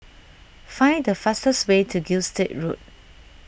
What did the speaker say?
find the fastest way to Gilstead Road